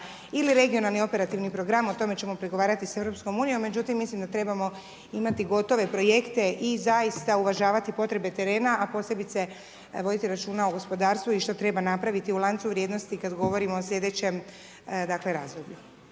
ili regionalni operativni program, o tome ćemo pregovarati sa EU. Međutim, mislim da trebamo imati gotove projekte i zaista uvažavati potrebe terena, a posebice voditi računa o gospodarstvu i što treba napraviti u lancu vrijednosti kada govorimo o slijedećem, dakle,